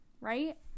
Right